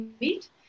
meet